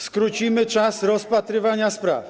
Skrócimy czas rozpatrywania spraw.